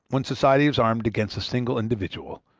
when society is armed against a single individual,